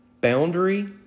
boundary